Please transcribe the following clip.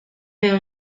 veo